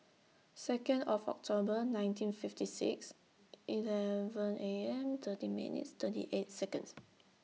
Second of October nineteen fifty six eleven A M thirteen minutes thirty eight Seconds